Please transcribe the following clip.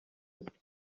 byose